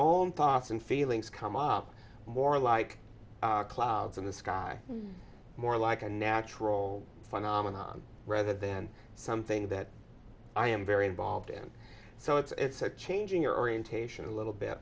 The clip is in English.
own thoughts and feelings come up more like clouds in the sky more like a natural phenomenon rather than something that i am very involved in so it's a change in your orientation a little bit